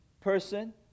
person